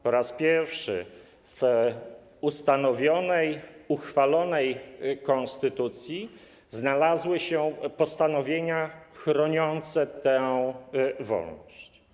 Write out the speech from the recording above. Po raz pierwszy w ustanowionej, uchwalonej konstytucji znalazły się postanowienia chroniące tę wolność.